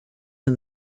and